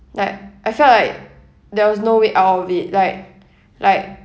like I felt like there was no way out of it like like